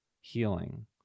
healing